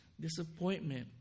disappointment